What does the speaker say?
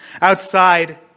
Outside